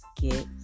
get